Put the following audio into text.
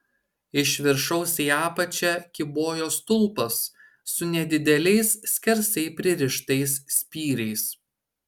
iš viršaus į apačią kybojo stulpas su nedideliais skersai pririštais spyriais